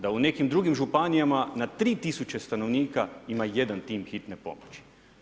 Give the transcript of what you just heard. Da u nekim drugim županijama na 3 tisuće stanovnika ima jedan tim hitne pomoći.